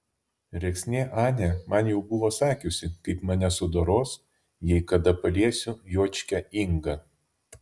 rėksnė anė man jau buvo sakiusi kaip mane sudoros jei kada paliesiu juočkę ingą